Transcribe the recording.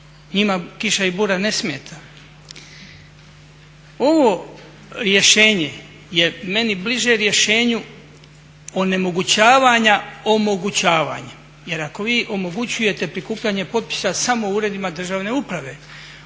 Njima kiša i bura ne smeta. Ovo rješenje je meni bliže rješenju onemogućavanja omogućavanja. Jer ako vi omogućujete prikupljanje potpisa samo u Uredima državne uprave